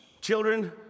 Children